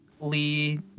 Lee